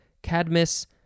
cadmus